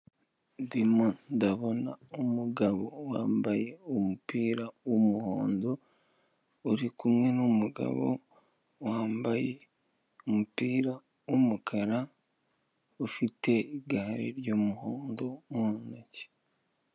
Ndimo ndabona umugabo wambaye umupira w'umuhondo uri kumwe numugabo wambaye umupira w'umukara ufite igare ry'umuhondo mu ntoki.